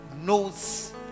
knows